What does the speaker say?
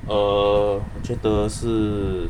err 我就的是